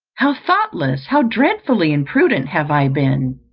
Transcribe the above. how thoughtless, how dreadfully imprudent have i been!